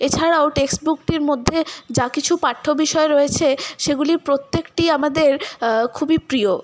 এছাড়াও টেক্সট বুকটির মধ্যে যা কিছু পাঠ্য বিষয় রয়েছে সেগুলির প্রত্যেকটি আমাদের খুবই প্রিয়